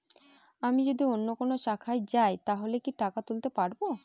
আমি যদি অন্য কোনো শাখায় যাই তাহলে কি টাকা তুলতে পারব?